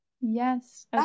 yes